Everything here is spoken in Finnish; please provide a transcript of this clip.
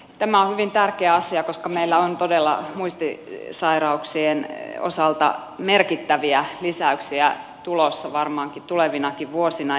tämä on hyvin tärkeä asia koska meillä on todella muistisairauksien osalta merkittäviä lisäyksiä tulossa varmaankin tulevinakin vuosina